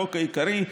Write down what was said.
החוק העיקרי),